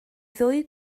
ddwy